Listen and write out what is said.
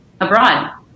abroad